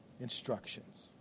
instructions